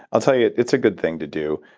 i'll tell you, it's a good thing to do,